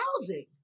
housing